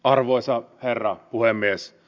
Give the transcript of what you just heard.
arvoisa herra puhemies